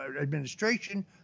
administration